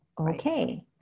Okay